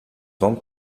vente